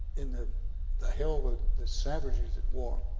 in the the hell with the savageries of war,